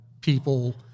people